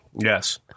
Yes